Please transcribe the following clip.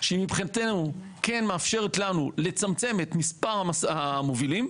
שהיא מבחינתנו כן מאפשרת לנו לצמצם את מספר המובילים.